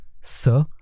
Sir